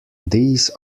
these